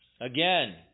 Again